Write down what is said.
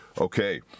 Okay